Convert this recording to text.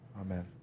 amen